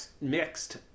mixed